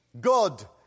God